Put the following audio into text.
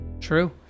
True